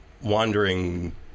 wandering